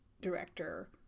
director